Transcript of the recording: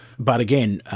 but again,